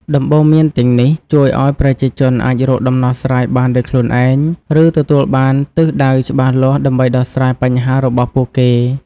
ដំបូន្មានទាំងនេះជួយឲ្យប្រជាជនអាចរកដំណោះស្រាយបានដោយខ្លួនឯង ឬទទួលបានទិសដៅច្បាស់លាស់ដើម្បីដោះស្រាយបញ្ហារបស់ពួកគេ។